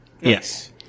Yes